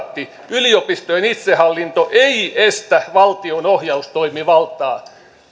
yliopistojen itsehallinto ei estä valtion ohjaustoimivaltaa